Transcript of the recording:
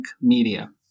media